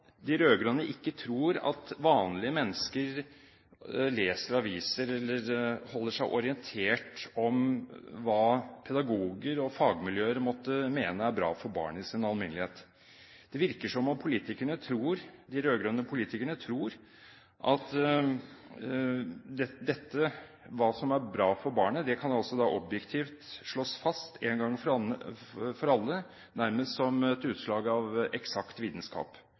de rød-grønne ikke tror at vanlige mennesker leser aviser eller holder seg orienterte om hva pedagoger og fagmiljøer måtte mene er bra for barn i sin alminnelighet. Det virker som om de rød-grønne politikerne tror at det som er bra for barnet, objektivt kan slås fast én gang for alle, nærmest som et utslag av eksakt vitenskap.